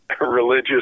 religious